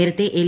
നേരത്തെ എൽ